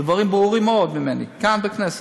אלה דברים ברורים מאוד ממני, כאן בכנסת.